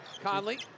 Conley